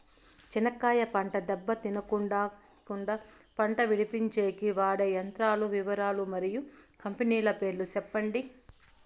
చెనక్కాయ పంట దెబ్బ తినకుండా కుండా పంట విడిపించేకి వాడే యంత్రాల వివరాలు మరియు కంపెనీల పేర్లు చెప్పండి?